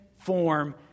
form